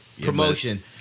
Promotion